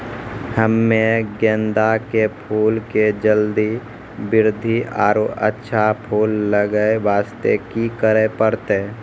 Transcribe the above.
हम्मे गेंदा के फूल के जल्दी बृद्धि आरु अच्छा फूल लगय वास्ते की करे परतै?